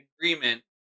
agreement